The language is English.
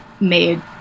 made